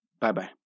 Bye-bye